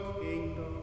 kingdom